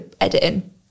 editing